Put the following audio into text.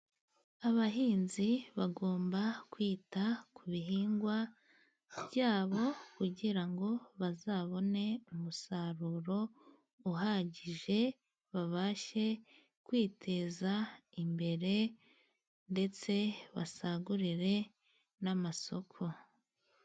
Abahinzi bagomba kwita ku bihingwa byabo, kugira ngo bazabone umusaruro uhagije, babashe kwiteza imbere ndetse basagurire n'amako.